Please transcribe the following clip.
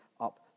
up